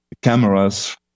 Cameras